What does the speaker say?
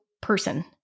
person